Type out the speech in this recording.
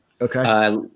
Okay